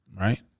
right